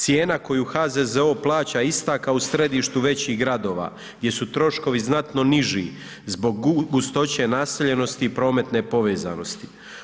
Cijena koju HZZO plaća je ista kao u središtu većih gradova gdje su troškovi znatno niži zbog gustoće naseljenosti i prometne povezanosti.